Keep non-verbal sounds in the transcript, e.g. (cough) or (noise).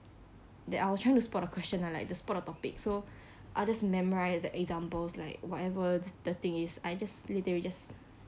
that I was trying to spot a question like to spot a topic so (breath) I just memorized the examples like whatever the third thing is I just literally just